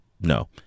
no